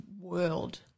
world